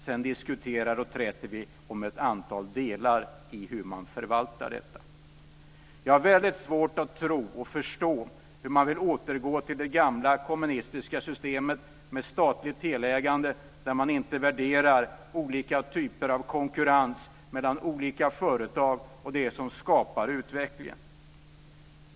Sedan diskuterar och träter vi om ett antal delar beträffande hur man förvaltar detta. Jag har väldigt svårt att tro och förstå att man vill återgå till det gamla kommunistiska systemet med statligt teleägande där man inte värderar olika typer av konkurrens mellan olika företag och det som skapar utveckling.